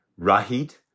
Rahid